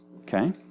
okay